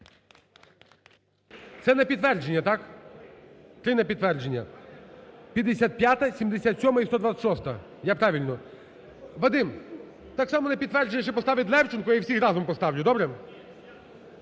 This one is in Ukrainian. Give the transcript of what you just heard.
Це на підтвердження, так? Три на підтвердження: 55-а, 77-а і 126-а. Я правильно..? Вадим, так само на підтвердження ще поставить Левченко і всіх разом поставлю, добре?